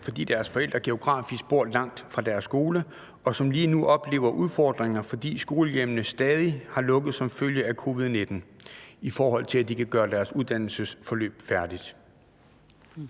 fordi deres forældre geografisk bor langt fra skolen, og som lige nu oplever udfordringer, fordi skolehjemmene stadig har lukket som følge af covid-19, i forhold til at afslutte deres uddannelsesforløb? Skriftlig